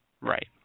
Right